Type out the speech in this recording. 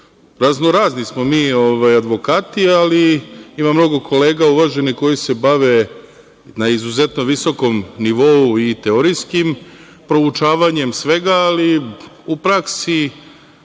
Raznorazni smo mi advokati, ali ima mnogo kolega uvaženih koji se bave na izuzetno visokom nivou i teorijskim proučavanjem svega, ali u praksi,